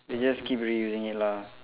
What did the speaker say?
they just keep reusing it lah